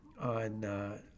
on